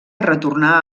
retornà